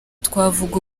twavuga